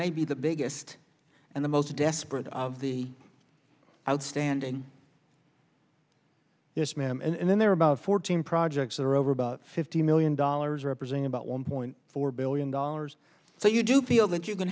may be the biggest and the most desperate of the outstanding this man and then there are about fourteen projects that are over about fifty million dollars representing about one point four billion dollars so you do feel that you can